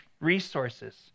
resources